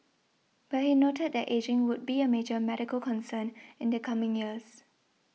but he noted that ageing would be a major medical concern in the coming years